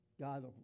God